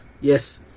yes